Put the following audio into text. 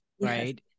right